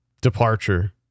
departure